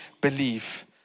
believe